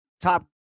top